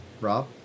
Rob